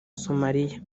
somaliya